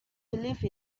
believe